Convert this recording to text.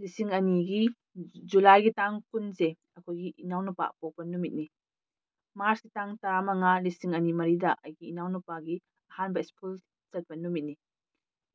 ꯂꯤꯁꯤꯡ ꯑꯅꯤꯒꯤ ꯖꯨꯂꯥꯏꯒꯤ ꯇꯥꯡ ꯀꯨꯟꯁꯦ ꯑꯩꯈꯣꯏꯒꯤ ꯏꯅꯥꯎꯅꯨꯄꯥ ꯄꯣꯛꯄ ꯅꯨꯃꯤꯠꯅꯤ ꯃꯥꯔꯁꯀꯤ ꯇꯥꯡ ꯇꯔꯥꯃꯉꯥ ꯂꯤꯁꯤꯡ ꯑꯅꯤ ꯃꯔꯤꯗ ꯑꯩꯒꯤ ꯏꯅꯥꯎꯅꯨꯄꯥꯒꯤ ꯑꯍꯥꯟꯕ ꯁ꯭ꯀꯨꯜ ꯆꯠꯄ ꯅꯨꯃꯤꯠꯅꯤ